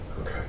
Okay